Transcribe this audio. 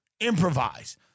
Improvise